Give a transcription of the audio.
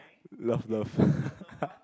love love